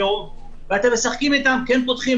ואתם משחקים איתם כן פותחים,